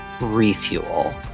refuel